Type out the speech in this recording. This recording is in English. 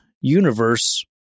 universe